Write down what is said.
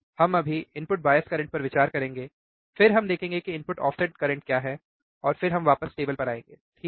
हम अभी input bias current पर विचार करेंगे फिर हम देखेंगे कि इनपुट ऑफ़सेट करंट क्या है और फिर हम वापस टेबल पर आएँगे ठीक है